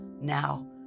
now